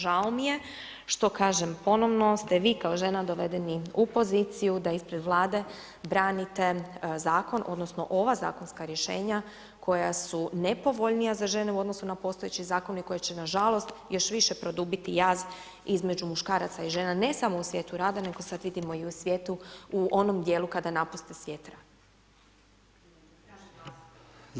Žao mi je što kažem ponovno ste vi kao žena dovedeni u poziciju da ispred Vlade branite zakon odnosno ova zakonska rješenja koja su nepovoljnija za žene u odnosu na postojeći zakoni koji će nažalost još više produbiti jaz između muškaraca i žena ne samo u svijetu rada nego sad vidimo i u svijetu u onom dijelu kada napuste svijet rada.